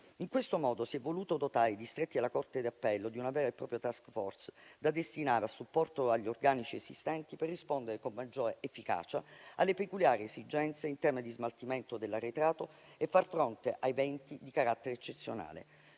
In questo modo si è voluto dotare i distretti della corte d'appello di una vera e propria *task force* da destinare a supporto degli organici esistenti, per rispondere con maggiore efficacia alle peculiari esigenze in tema di smaltimento dell'arretrato e far fronte a eventi di carattere eccezionale.